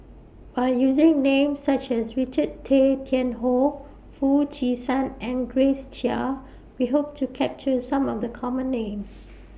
By using Names such as Richard Tay Tian Hoe Foo Chee San and Grace Chia We Hope to capture Some of The Common Names